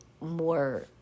more